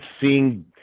seeing